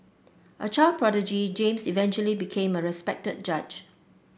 a child prodigy James eventually became a respected judge